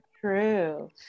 true